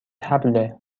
طبله